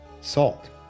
salt